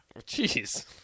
Jeez